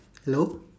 hello